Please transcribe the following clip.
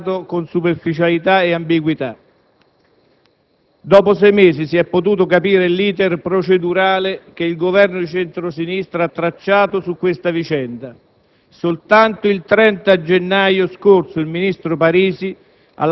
aspetti inquietanti di politica estera che questo Governo ha trattato con superficialità e ambiguità. Dopo sei mesi si è potuto capire l'*iter* procedurale che il Governo di centro-sinistra ha tracciato su questa vicenda.